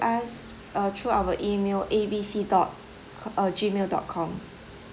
us uh through our email A B C dot uh gmail dot com